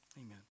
Amen